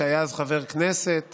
שהיה אז חבר כנסת,